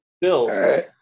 Bill